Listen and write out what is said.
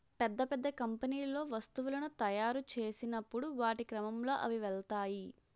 పెద్ద పెద్ద కంపెనీల్లో వస్తువులను తాయురు చేసినప్పుడు వాటి క్రమంలో అవి వెళ్తాయి